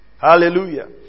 hallelujah